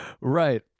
right